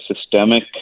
systemic